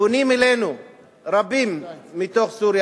פונים אלינו רבים מתוך סוריה.